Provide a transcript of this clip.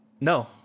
No